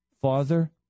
Father